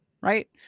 right